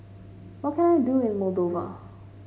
what can I do in Moldova